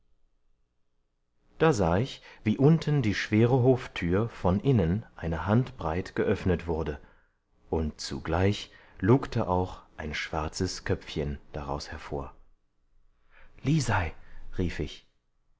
da sah ich wie unten die schwere hoftür von innen eine handbreit geöffnet wurde und zugleich lugte auch ein schwarzes köpfchen daraus hervor lisei rief ich